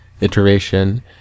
iteration